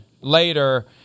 later